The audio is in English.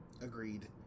Agreed